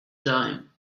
dime